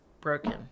broken